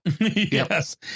Yes